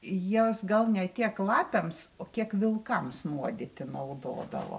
jos gal ne tiek lapėms o kiek vilkams nuodyti naudodavo